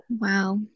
Wow